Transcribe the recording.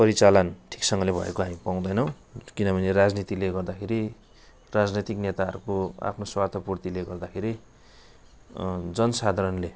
परिचालन ठिकसँगले भएको हामी पाउदैनौँ किनभने राजनीतिले गर्दाखेरि राजनैतिक नेताहरूको आफ्नो स्वार्थपूर्तिले गर्दाखेरि जनसाधारणले